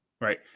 Right